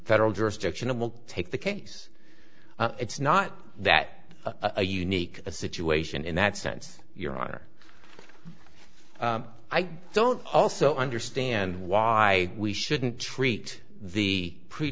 federal jurisdiction of will take the case it's not that a unique situation in that sense your honor i don't also understand why we shouldn't treat the pre